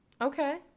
Okay